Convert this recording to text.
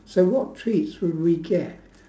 so what treats would we get